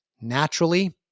naturally